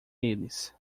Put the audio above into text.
eles